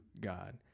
God